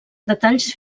detalls